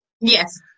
yes